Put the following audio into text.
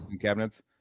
cabinets